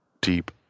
deep